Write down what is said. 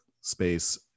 space